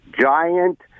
giant